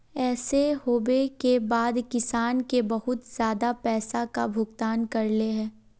ऐसे होबे के बाद किसान के बहुत ज्यादा पैसा का भुगतान करले है?